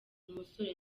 umusore